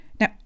Now